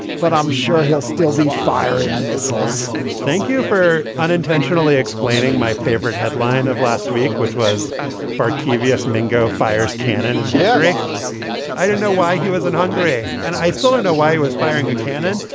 but i'm sure he'll still be fire and missiles thank you for unintentionally explaining my favorite headline of last week, which was barque t v s mingo fires cannon and i don't know why he wasn't hungry and i still don't know why he was firing a cannon,